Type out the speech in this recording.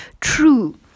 true